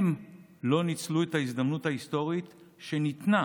הם לא ניצלו את ההזדמנות ההיסטורית שניתנה